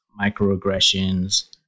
microaggressions